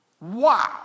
Wow